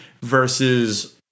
versus